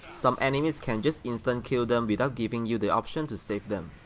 some enemies can just instant kill them without giving you the option to save them.